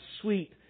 sweet